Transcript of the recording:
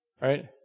right